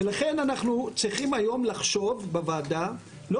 ולכן אנחנו צריכים היום לחשוב בוועדה לא